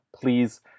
Please